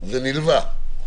זה נלווה.